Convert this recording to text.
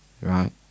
Right